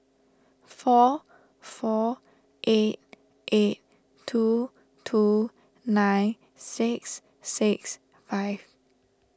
four four eight eight two two nine six six five